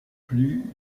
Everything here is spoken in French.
plus